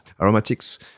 aromatics